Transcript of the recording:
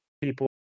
People